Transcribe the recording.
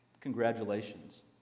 congratulations